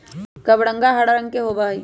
कबरंगा हरा रंग के होबा हई